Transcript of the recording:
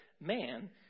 man